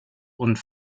und